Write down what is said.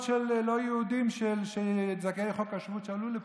של לא יהודים זכאי חוק השבות שעלו לפה,